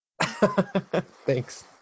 thanks